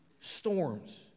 storms